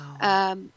Wow